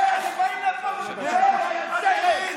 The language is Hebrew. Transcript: אוטו-אנטישמי,